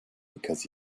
because